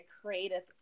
creative